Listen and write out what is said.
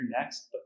next